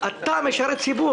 אתה משרת ציבור.